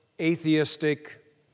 atheistic